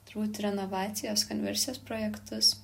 turbūt renovacijos konversijos projektus